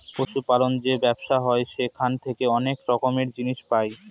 পশু পালন যে ব্যবসা হয় সেখান থেকে অনেক রকমের জিনিস পাই